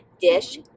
dish